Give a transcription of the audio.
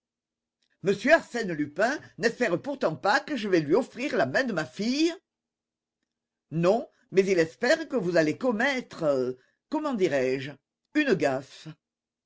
monsieur arsène lupin n'espère pourtant pas que je vais lui offrir la main de ma fille non mais il espère que vous allez commettre comment dirai-je une gaffe